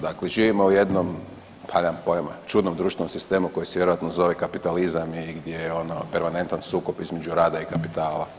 Dakle, živimo u jednom, pa nemam pojma, u čudnom društvenom sistemu koji se vjerojatno zove kapitalizam i gdje je ono permanentan sukob između rada i kapitala.